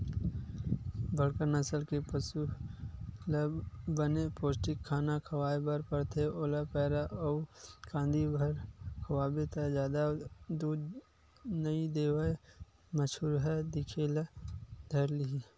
बड़का नसल के पसु ल बने पोस्टिक खाना खवाए बर परथे, ओला पैरा अउ कांदी भर खवाबे त जादा दूद नइ देवय मरझुरहा दिखे ल धर लिही